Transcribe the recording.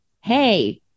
hey